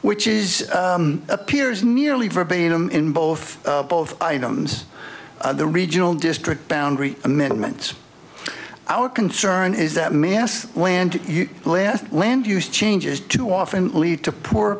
which is appears nearly verbatim in both both items the regional district boundary amendment our concern is that mass land you larry land use changes to often lead to poor